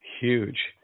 huge